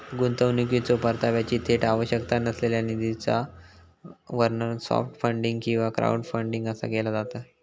गुंतवणुकीच्यो परताव्याची थेट आवश्यकता नसलेल्या निधीचा वर्णन सॉफ्ट फंडिंग किंवा क्राऊडफंडिंग असा केला जाता